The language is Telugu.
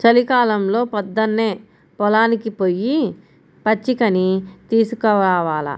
చలికాలంలో పొద్దన్నే పొలానికి పొయ్యి పచ్చికని తీసుకురావాల